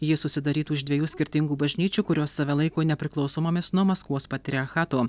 ji susidarytų iš dviejų skirtingų bažnyčių kurios save laiko nepriklausomomis nuo maskvos patriarchato